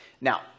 Now